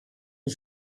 του